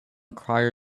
crier